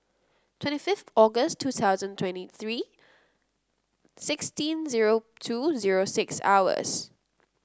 twenty fifth August two thousand and twenty three sixteen zero two zero six hours